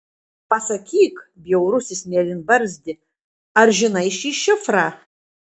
pasakyk bjaurusis mėlynbarzdi ar žinai šį šifrą